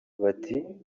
bati